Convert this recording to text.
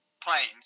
planes